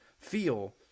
feel